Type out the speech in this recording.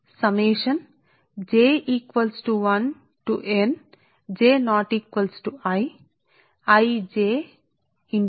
కాబట్టి మీరు సాధారణము గా j ను 1 నుండి n కు సమానం చేయండి I ilog 1Di j j not equal to i మరియు 0